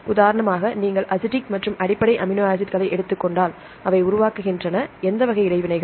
உதாரணமாக நீங்கள் அசிடிக் மற்றும் அடிப்படை அமினோ ஆசிட்களை எடுத்துக் கொண்டால் அவை உருவாகின்றன எந்த வகை இடைவினைகள்